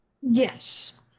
Yes